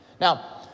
Now